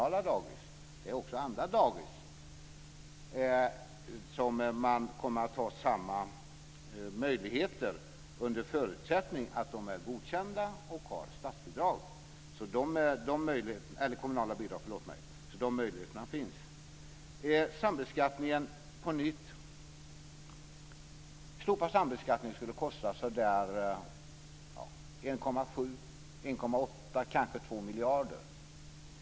Det gäller också andra dagis där man kommer att ha samma möjligheter under förutsättning att de är godkända och har kommunala bidrag. Så dessa möjligheter finns. När det gäller sambeskattning skulle en slopad sådan kosta 1,7-2 miljarder.